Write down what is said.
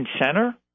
Center